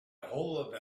hold